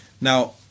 Now